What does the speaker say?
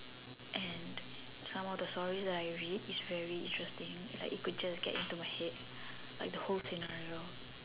and some more the story that I read is very interesting like it could just get into my head like the whole scenario